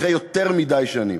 אחרי יותר מדי שנים.